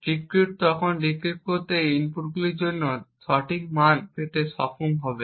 decryptor তখন decrypt করতে এবং ইনপুটগুলির জন্য সঠিক মান পেতে সক্ষম হবে